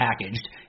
packaged